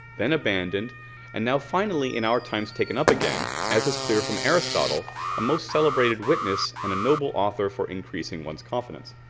then abandoned and now finally in our times taken up again as is clear from aristotle a most celebrated witness and a noble author for increasing one's confidence.